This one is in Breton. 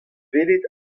welet